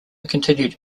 continued